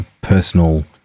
personal